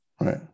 Right